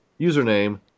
username